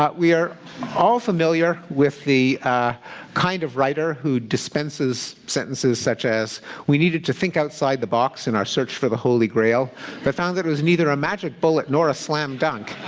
but we are all familiar with the kind of writer who dispenses sentences such as we needed to think outside the box in search for the holy grail but found that it was neither a magic bullet nor a slam dunk.